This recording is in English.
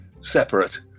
separate